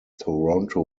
toronto